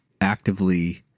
actively